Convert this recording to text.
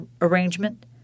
arrangement